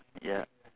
ya